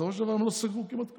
בסופו של דבר הם לא סגרו כמעט כלום.